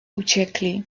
uciekli